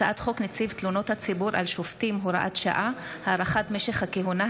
הצעת חוק נציב תלונות הציבור על שופטים (הוראת שעה) (הארכת משך הכהונה),